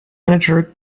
manager